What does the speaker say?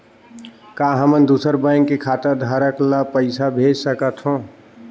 का हमन दूसर बैंक के खाताधरक ल पइसा भेज सकथ हों?